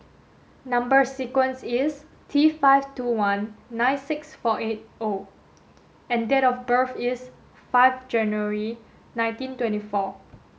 number sequence is T five two one nine six four eight O and date of birth is five January nineteen twenty four